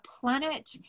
planet